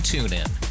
TuneIn